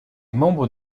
membres